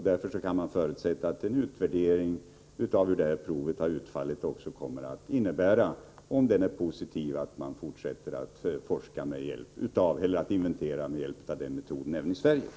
Därför kan det förutsättas att en utvärdering av det här provet också kommer att innebära, om resultatet är positivt, att man i fortsättningen kommer att inventera med hjälp av denna metod även i Sverige.